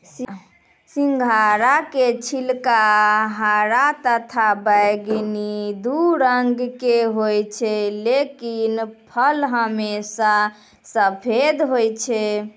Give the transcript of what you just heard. सिंघाड़ा के छिलका हरा तथा बैगनी दू रंग के होय छै लेकिन फल हमेशा सफेद होय छै